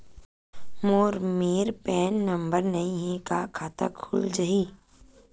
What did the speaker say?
मोर मेर PAN number नई हे का खाता खुल जाही?